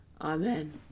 Amen